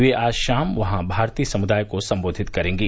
वे आज शाम वहां भारतीय समुदाय को संबोधित करेंगे